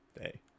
Hey